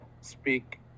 speak